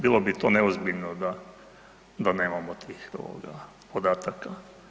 Bilo bi to neozbiljno da nemamo tih podataka.